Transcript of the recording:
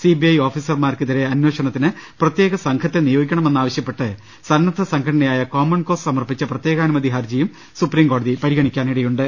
CBI ഓഫീസർമാർക്കെതിരെ അന്വേഷണത്തിന് പ്രത്യേക സംഘത്തെ നിയോഗിക്കണമെന്നാവശ്യപ്പെട്ട് സന്നദ്ധ സംഘടനായ കോമൺകോസ് സമർപ്പിച്ച പ്രത്യേകാനുമതി ഹർജി സുപ്രിംകോ ടതി പരിഗണിക്കാനിടയുണ്ട്